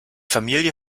familie